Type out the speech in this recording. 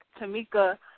Tamika